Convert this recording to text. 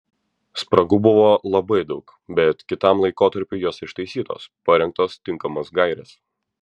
spragų buvo labai daug bet kitam laikotarpiui jos ištaisytos parengtos tinkamos gairės